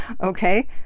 okay